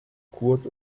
kurz